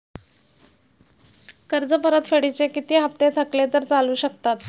कर्ज परतफेडीचे किती हप्ते थकले तर चालू शकतात?